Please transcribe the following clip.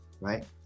right